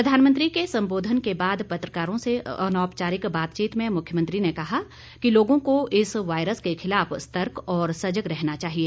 प्रधानमंत्री के संबोधन के बाद पत्रकारों से अनौपचारिक बातचीत में मुख्यमंत्री ने कहा कि लोगों को इस वायरस के खिलाफ सतर्क और सजग रहना चाहिए